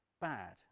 bad